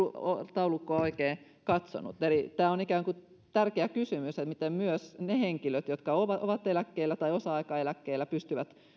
taulukkoa oikein katsonut eli tämä on ikään kuin tärkeä kysymys miten myös ne henkilöt jotka ovat ovat eläkkeellä tai osa aikaeläkkeellä pystyvät